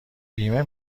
بیمه